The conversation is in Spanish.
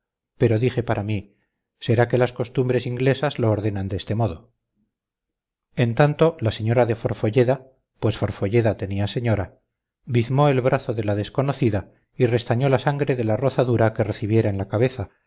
pero dije para mí será que las costumbres inglesas lo ordenan de este modo en tanto la señora de forfolleda pues forfolleda tenía señora bizmó el brazo de la desconocida y restañó la sangre de la rozadura que recibiera en la cabeza